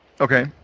Okay